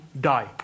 die